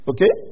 Okay